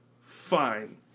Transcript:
fine